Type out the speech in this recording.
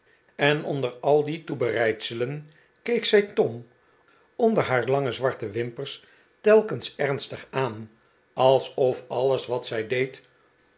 en onder al die toebereidselen keek zij tom onder haar lange zwarte wimpers telkens ernstig aan alsof alles wat zij deed